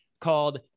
called